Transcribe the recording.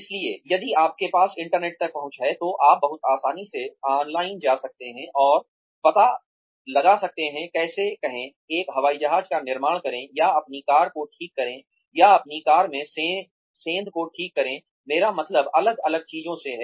इसलिए यदि आपके पास इंटरनेट तक पहुंच है तो आप बहुत आसानी से ऑनलाइन जा सकते हैं और पता लगा सकते हैं कैसे कहें एक हवाई जहाज का निर्माण करें या अपनी कार को ठीक करें या अपनी कार में सेंध को ठीक करें मेरा मतलब अलग अलग चीजों से है